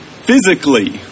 physically